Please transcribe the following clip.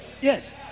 yes